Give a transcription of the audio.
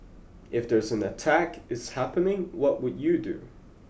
if there's an attack is happening what would you do